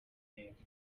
neza